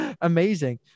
amazing